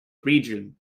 region